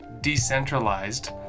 decentralized